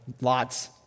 Lot's